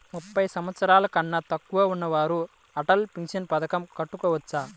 ముప్పై సంవత్సరాలకన్నా తక్కువ ఉన్నవారు అటల్ పెన్షన్ పథకం కట్టుకోవచ్చా?